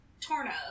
Torna